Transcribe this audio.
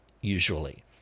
usually